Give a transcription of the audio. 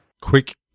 Quick